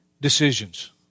decisions